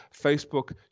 Facebook